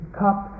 cup